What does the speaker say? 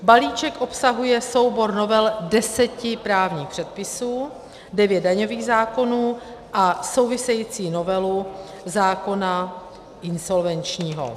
Balíček obsahuje soubor novel deseti právních předpisů, devět daňových zákonů a související novelu zákona insolvenčního.